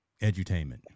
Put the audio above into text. edutainment